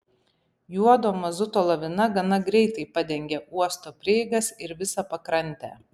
juodo mazuto lavina gana greitai padengė uosto prieigas ir visą pakrantę